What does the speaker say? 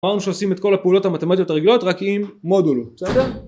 אמרנו שעושים את כל הפעולות המתמטיות הרגילות רק עם מודולו